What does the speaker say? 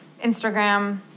Instagram